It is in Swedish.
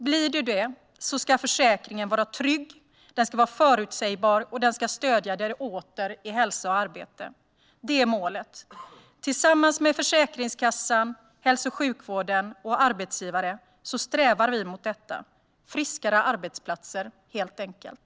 Blir du det ska försäkringen vara trygg, förutsägbar och stödja dig i att komma åter i hälsa och arbete. Det är målet. Tillsammans med Försäkringskassan, hälso och sjukvården och arbetsgivare strävar vi mot detta - friskare arbetsplatser, helt enkelt.